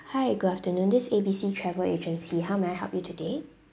hi good afternoon this A B C travel agency how may I help you today